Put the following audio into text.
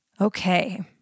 Okay